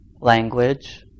language